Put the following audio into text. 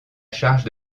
charge